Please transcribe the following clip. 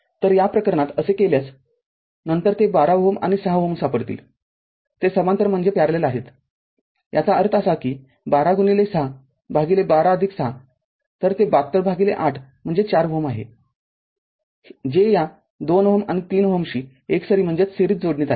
तर या प्रकरणात असे केल्यासनंतर ते १२ Ω आणि ६ Ω सापडतील ते समांतर आहेत याचा अर्थ असा की१२६ भागिले १२६ तरते ७२ भागिले ८ म्हणजे४ Ω आहे जे या २Ω आणि 3Ω शी एकसरी जोडणीत आहे